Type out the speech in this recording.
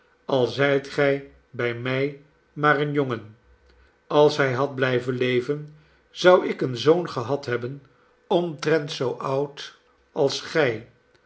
al zijt gij bij mij maar een jongen als hij had blijven leven zou ik een zoon gehad hebben omtrent zoo oud als gij